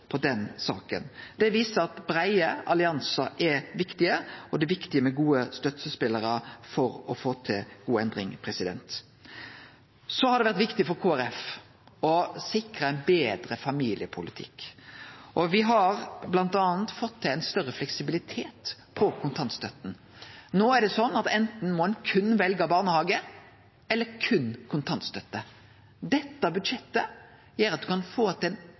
på den saka. Det viser at breie alliansar er viktige, og det er viktig med gode støttespelarar for å få til god endring. Så har det vore viktig for Kristeleg Folkeparti å sikre ein betre familiepolitikk. Me har bl.a. fått til større fleksibilitet på kontantstøtta. No er det sånn at ein må velje enten berre barnehage eller berre kontantstøtte. Dette budsjettet gjer at ein får til